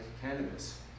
cannabis